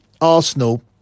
Arsenal